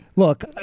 Look